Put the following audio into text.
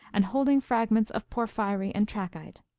and holding fragments of porphyry and trachyte.